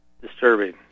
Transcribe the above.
disturbing